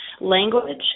language